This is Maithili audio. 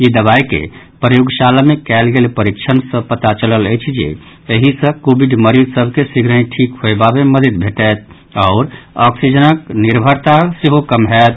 ई दवाई के प्रयोगशाला मे कयल गेल परिक्षण सँ पता चलल अछि जे एहि सँ कोविड मरीज सभ के शीघ्रहि ठीक होयबा मे मददि भेटत आओर ऑक्सीजनक निर्भरता सेहो कम होयत